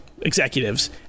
executives